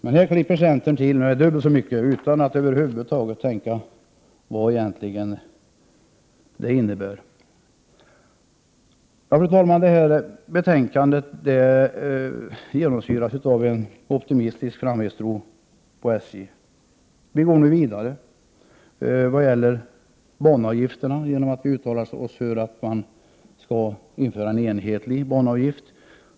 Men nu klipper centern till med dubbelt så mycket utan att över huvud taget tänka på vad det egentligen innebär. : Fru talman! Detta betänkande genomsyras av en optimistisk framtidstro på SJ. Vi går nu vidare vad gäller banavgifterna genom att uttala oss för att man skall införa en enhetlig banavgift.